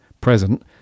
present